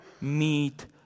meet